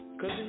Cause